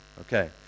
Okay